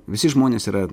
visi žmonės yra